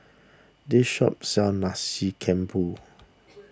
this shop sells Nasi Campur